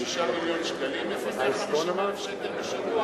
יודע כמה שבועות נכנס ב-26 מיליון שקלים לפי 150,000 שקל בשנה?